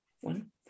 one